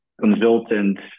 Consultant